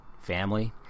family